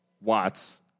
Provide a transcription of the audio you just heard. Watts